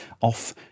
off